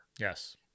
Yes